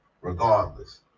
regardless